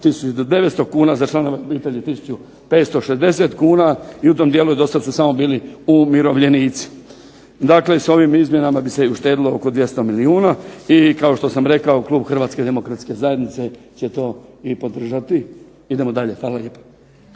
1900 kuna, za članove obitelji 1560 kuna i u tom dijelu je doslovce samo bili umirovljenici. Dakle, s ovim izmjenama bi se i uštedilo oko 200 milijuna i kao što sam rekao, klub Hrvatske demokratske zajednice će to i podržati. Idemo dalje. Hvala lijepo.